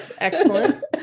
Excellent